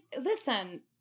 listen